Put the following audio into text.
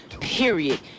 period